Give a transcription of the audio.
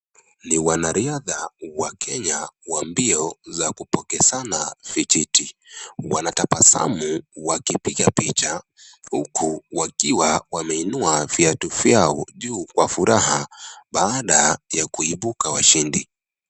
Ni wanariadha wa Kenya wa mbio za kupokezana vijiti, wanatabasamu wakipiga picha huku wakiwa wameinua viatu zao juu kwa furaha, baada ya kuibuka washindi.